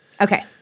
Okay